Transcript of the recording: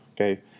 Okay